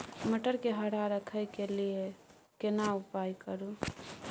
मटर के हरा रखय के लिए केना उपाय करू?